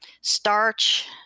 starch